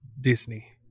Disney